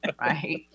Right